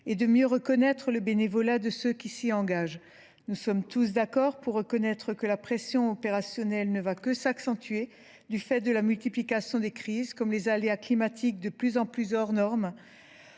et de mieux reconnaître le bénévolat de ceux qui s’y engagent. Nous sommes tous d’accord sur le fait que la pression opérationnelle ne va que s’accentuer du fait de la multiplication des crises, comme les aléas climatiques de plus en plus hors norme